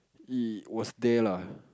it was there lah